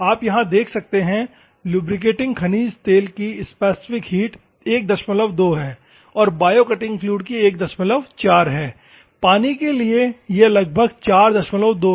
आप यहां देख सकते हैं लुब्रिकेटिंग खनिज तेल की स्पेसिफिक हीट 12 है और बायो कटिंग फ्लूइड की 14 है पानी के लिए यह लगभग 42 है